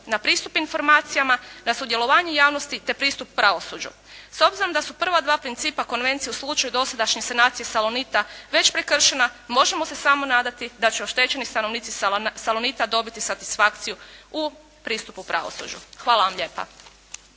na pristup informacijama, na sudjelovanje javnosti te pristup pravosuđu. S obzirom da su prva dva principa konvencije u slučaju dosadašnje sanacije "Salonit" već prekršena možemo se samo nadati da će oštećeni stanovnici "Salonit" dobiti satisfakciju u pristupu pravosuđu. Hvala vam lijepa.